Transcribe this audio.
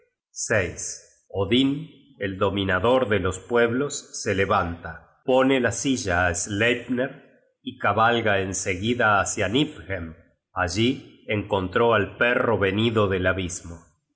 la asamblea odin el dominador de los pueblos se levanta pone la silla á sleipner y cabalga en seguida hácia niflhem allí encontró al perro venido del abismo